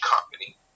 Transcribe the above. Company